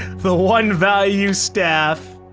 the one value staff.